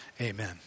amen